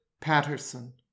Patterson